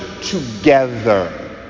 together